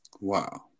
Wow